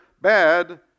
bad